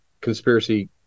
conspiracy